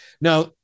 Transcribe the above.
Now